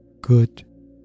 good